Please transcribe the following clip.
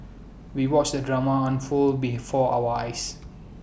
we watched the drama unfold before our eyes